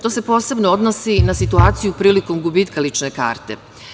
To se posebno odnosi na situaciju prilikom gubitka lične karte.